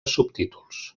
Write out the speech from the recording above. subtítols